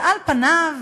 ועל פניו,